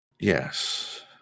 Yes